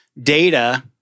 data